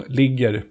ligger